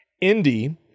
Indy